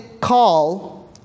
call